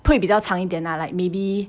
会比较长一点 lah like maybe